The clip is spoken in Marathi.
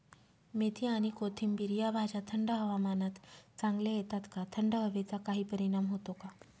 मेथी आणि कोथिंबिर या भाज्या थंड हवामानात चांगल्या येतात का? थंड हवेचा काही परिणाम होतो का?